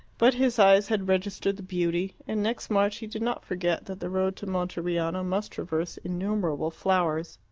but his eyes had registered the beauty, and next march he did not forget that the road to monteriano must traverse innumerable flowers.